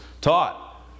taught